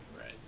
right